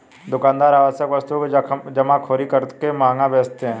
दुकानदार आवश्यक वस्तु की जमाखोरी करके महंगा बेचते है